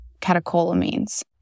catecholamines